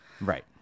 Right